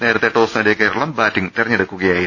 നേരത്തെ ടോസ് നേടിയ കേരളം ബാറ്റിംഗ് തെരഞ്ഞെടുക്കുകയായിരുന്നു